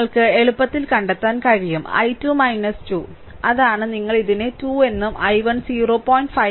നിങ്ങൾക്ക് എളുപ്പത്തിൽ കണ്ടെത്താൻ കഴിയും i2 2 അതാണ് നിങ്ങൾ ഇതിനെ 2 എന്നും i1 0